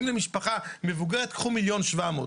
באים למשפחה מבוגרת, 'קחו 1.7 מיליון'.